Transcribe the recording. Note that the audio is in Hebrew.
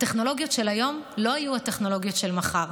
הטכנולוגיות של היום לא יהיו הטכנולוגיות של מחר,